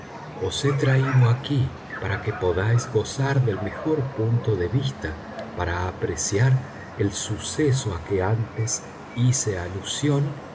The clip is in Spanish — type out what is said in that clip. os he traído aquí para que podáis gozar del mejor punto de vista para apreciar el suceso a que antes hice alusión